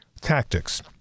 Tactics